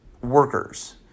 workers